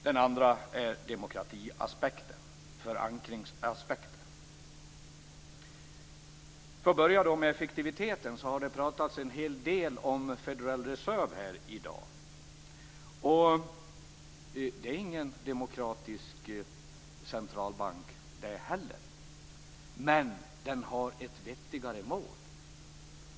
Den andra är demokratiaspekten, förankringsaspekten. För att börja med effektiviteten har det pratats en hel del om Federal Reserve här i dag. Det är inte heller någon demokratisk centralbank, men den har ett vettigare mål.